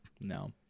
no